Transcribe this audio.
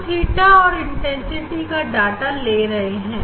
हम theta और intensity का डाटा ले रहे हैं